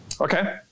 okay